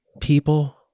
people